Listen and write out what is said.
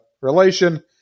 relation